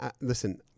listen